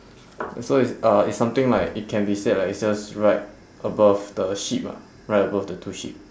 and so is uh it's something like it can be said like it's just right above the sheep ah right above the two sheep